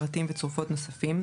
פרטים וצרופות נוספים,